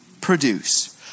produce